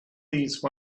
these